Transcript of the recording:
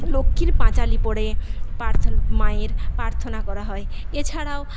লক্ষ্মীর পাঁচালি পড়ে মায়ের প্রার্থনা করা হয় এছাড়াও